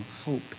hope